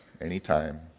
Anytime